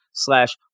slash